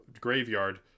graveyard